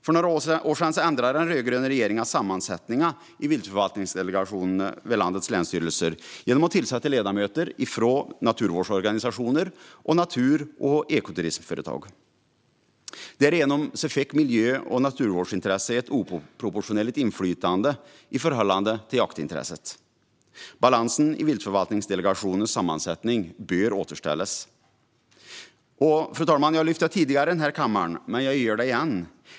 Den rödgröna regeringen ändrade sammansättningen i viltförvaltningsdelegationerna vid landets länsstyrelser genom att tillsätta ledamöter från naturvårdsorganisationer och natur och ekoturismföretag. Därigenom fick miljö och naturvårdsintresset ett oproportionerligt inflytande i förhållande till jaktintresset. Balansen i viltförvaltningsdelegationens sammansättning bör återställas. Fru talman! Jag lyfte tidigare fram detta i kammaren, men jag gör det igen.